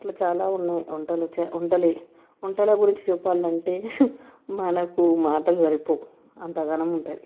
అట్లా చాలా ఉన్నాయి వంటలు వంటలు అవి వంటలు గురించి చెప్పాలంటే మనకు మాటలు సరిపోవు అంతగనం ఉంటుంది